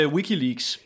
Wikileaks